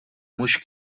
mhux